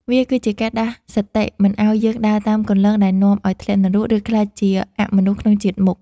វាគឺជាការដាស់សតិមិនឱ្យយើងដើរតាមគន្លងដែលនាំឱ្យធ្លាក់នរក ឬក្លាយជាអមនុស្សក្នុងជាតិមុខ។